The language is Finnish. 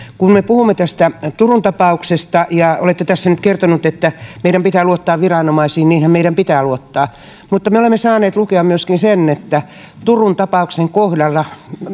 kun me puhumme turun tapauksesta olette tässä nyt kertonut että meidän pitää luottaa viranomaisiin niinhän meidän pitää luottaa mutta me olemme saaneet lukea myöskin sen että turun tapauksen kohdalla